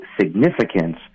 significance